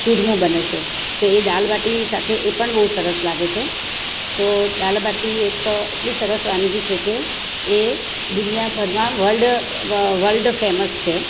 ચૂરમો બને છે તો એ દાલબાટી સાથે એ પણ બહુ સરસ લાગે છે તો દાલ બાટી એક એટલી સરસ વાનગી છે કે એ દુનિયાભરમાં વલ્ડ વલ્ડ ફેમસ છે